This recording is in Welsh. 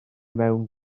mewn